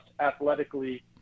athletically